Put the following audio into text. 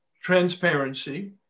transparency